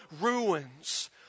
ruins